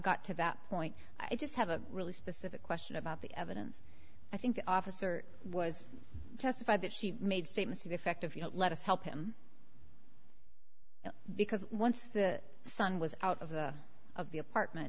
to that point i just have a really specific question about the evidence i think the officer was testified that she made statements to the effect of you know let us help him because once the sun was out of the of the apartment